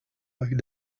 like